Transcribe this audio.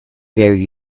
very